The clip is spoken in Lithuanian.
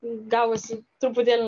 gavosi truputėlį